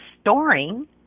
storing